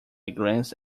glance